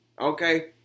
Okay